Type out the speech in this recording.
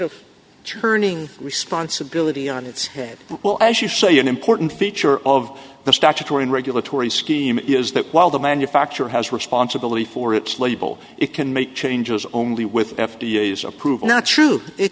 of turning responsibility on its head well as you say an important feature of the statutory regulatory scheme is that while the manufacturer has responsibility for its label it can make changes only with f d a's approval not true it